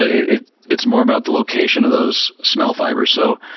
it's it's more about the location of those smell fibers. so,